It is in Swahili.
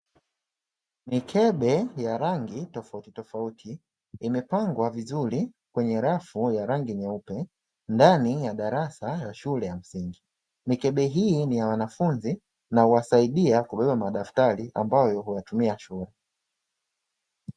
Mikebe ya rangi tofauti tofauti imepangwa vizuri kwenye rafu ya rangi nyeupe ndani ya darasa la shule ya msingi, mikebe hii ni ya wanafunzi na huwasaidia kubeba madaftari ambayo huyatumia shule.